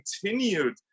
continued